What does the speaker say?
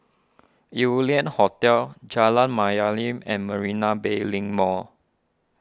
Yew Lian Hotel Jalan Mayaanam and Marina Bay Link Mall